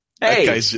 hey